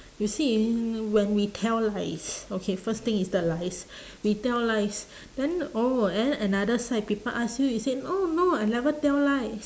you see when we tell lies okay first thing is the lies we tell lies then oh and then another side people ask you you say oh no I never tell lies